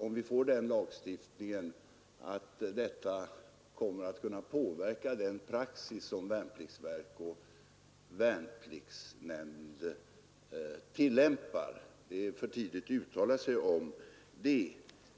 Om vi får den lagstiftningen är det ju möjligt att det kommer att kunna påverka den praxis som värnpliktsverket och värnpliktsnämnden tillämpar. Det är för tidigt att uttala sig om det.